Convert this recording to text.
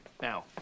Now